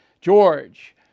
George